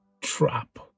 trap